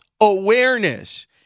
awareness